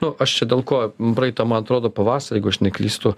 nu aš čia dėl ko praeitą man atrodo pavasarį jeigu aš neklystu